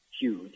huge